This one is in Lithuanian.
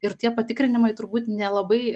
ir tie patikrinimai turbūt nelabai